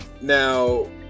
Now